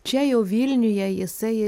čia jau vilniuje jisai